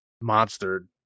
monster